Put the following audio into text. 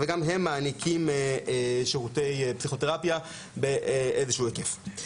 וגם הם מעניקים שירותי פסיכותרפיה באיזשהו היקף.